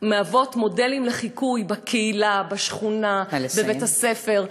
משמשות מודלים לחיקוי בקהילה, בשכונה, בבית-הספר,